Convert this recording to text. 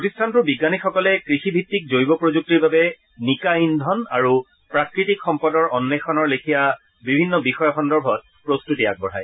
প্ৰতিষ্ঠানটোৰ বিজ্ঞানীসকলে কৃষিভিত্তিক জৈৱ প্ৰযুক্তিৰ বাবে নিকা ইন্ধন আৰু প্ৰাকৃতিক সম্পদৰ অৱেষণৰ লেখীয়া বিভিন্ন বিষয় সন্দৰ্ভত প্ৰস্তুতি আগবঢ়ায়